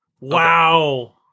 Wow